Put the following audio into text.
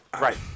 right